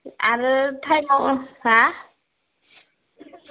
आरो टाइमाव हा